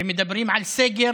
ומדברים על סגר